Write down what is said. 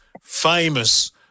famous